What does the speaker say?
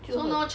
真的